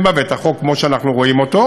בה ואת החוק כמו שאנחנו רואים אותו,